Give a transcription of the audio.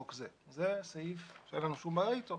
אז מאוד סביר שבאיזשהו שלב יגיד היו"ר אני לא יכול יותר.